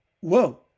whoa